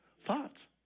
Thoughts